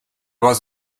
was